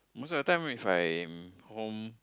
most of the time if I'm home